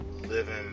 living